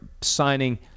signing